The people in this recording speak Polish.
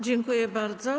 Dziękuję bardzo.